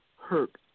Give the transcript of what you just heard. hurt